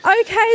Okay